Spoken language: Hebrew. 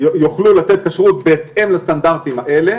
יוכלו לתת כשרות בהתאם לסטנדרטים האלה